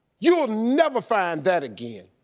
you'll never find that again!